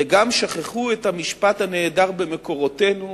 וגם שכחו את המשפט הנהדר במקורותינו